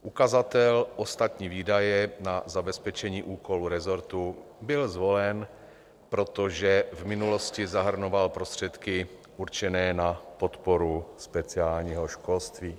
Ukazatel Ostatní výdaje na zabezpečení úkolů resortu byl zvolen, protože v minulosti zahrnoval prostředky určené na podporu speciálního školství.